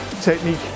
technique